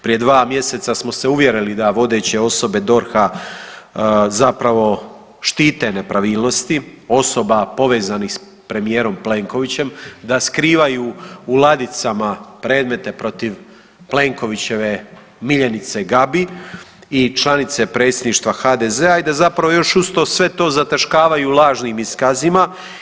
Prije dva mjeseca smo se uvjerili da vodeće osobe DORH-a zapravo štite nepravilnosti osoba povezanih sa premijerom Plenkovićem, da skrivaju u ladicama predmete protiv Plenkovićeve miljenice Gabi i članice predsjedništva HDZ-a i da zapravo još uz sve to zataškavaju lažnim iskazima.